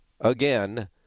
again